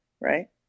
right